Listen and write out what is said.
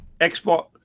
Xbox